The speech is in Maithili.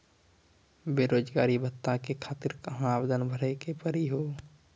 बेरोजगारी भत्ता के खातिर कहां आवेदन भरे के पड़ी हो?